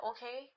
Okay